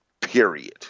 Period